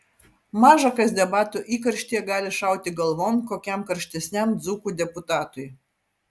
maža kas debatų įkarštyje gali šauti galvon kokiam karštesniam dzūkų deputatui